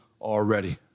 already